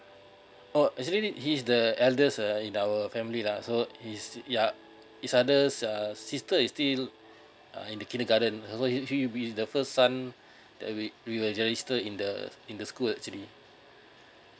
oh actually he is the eldest uh in our family lah so his yeah his others uh sister is still uh in the kindergarten so he we the first son that we we will register in the in the school actually